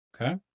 Okay